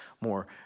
more